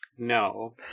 No